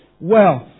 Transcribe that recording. wealth